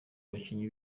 bakinnyi